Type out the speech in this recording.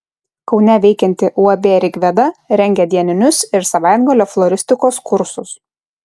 kaune veikianti uab rigveda rengia dieninius ir savaitgalio floristikos kursus